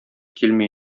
килми